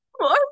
more